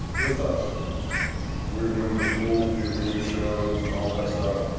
just us. we were doing the cool, empty arena shows, and all that stuff.